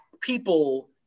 people